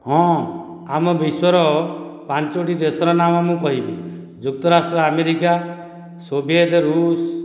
ହଁ ଆମ ବିଶ୍ୱର ପାଞ୍ଚୋଟି ଦେଶର ନାମ ମୁଁ କହିବି ଯୁକ୍ତରାଷ୍ଟ୍ର ଆମେରିକା ସୋଭିଏତ ଋଷ